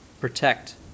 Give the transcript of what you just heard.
protect